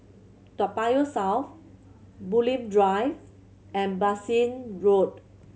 Toa Payoh South Bulim Drive and Bassein Road